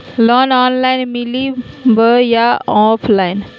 Loan online मिली बोया offline?